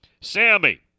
Sammy